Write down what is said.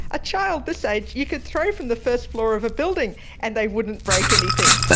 a child this age you could throw from the first floor of a building and they wouldn't break anything.